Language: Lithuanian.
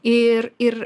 ir ir